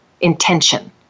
intention